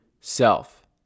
self